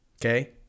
Okay